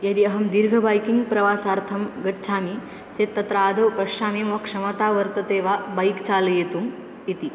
यदि अहं दीर्घ बैकिङ्ग् प्रवासार्थं गच्छामि चेत् तत्र आदौ पश्यामि मम क्षमता वर्तते वा बैक् चालयतुम् इति